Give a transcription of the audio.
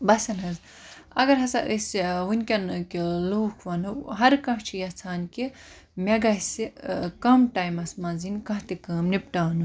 بَسَن ہٕنٛز اَگَر ہَسا أسۍ وٕنکیٚن کہِ لوٗکھ وَنو ہر کانٛہہ چھُ یَژھان کہِ مےٚ گَژھِ کَم ٹایمَس مَنٛز یِن کانٛہہ تہٕ کٲم نِپٹاونہٕ